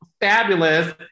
fabulous